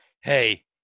Hey